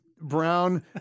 brown